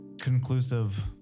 conclusive